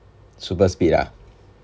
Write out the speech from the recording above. super speed ah